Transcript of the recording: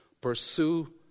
Pursue